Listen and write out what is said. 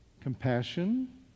Compassion